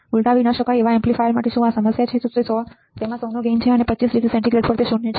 ઉલટાવી ના શકાય એ એમ્પ્લીફાયર માટે શું સમસ્યા છે અને તેમાં 100 નો ગેઈન છે અને તે 25 ડીગ્રી સેન્ટીગ્રેડ પર શૂન્ય છે